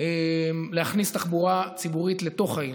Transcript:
להכניס תחבורה ציבורית לתוך העיר,